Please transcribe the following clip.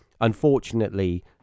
Unfortunately